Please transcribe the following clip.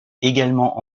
également